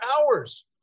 hours